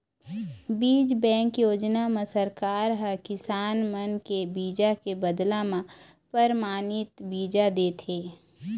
बीज बेंक योजना म सरकार ह किसान मन के बीजा के बदला म परमानित बीजा देथे